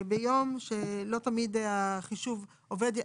ביום שלא תמיד החישוב עובד,